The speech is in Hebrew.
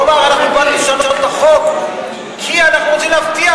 הוא אמר: אנחנו באנו לשנות את החוק כי אנחנו רוצים להבטיח,